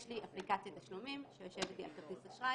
יש לי אפליקציית תשלומים שיושבת על כרטיס אשראי,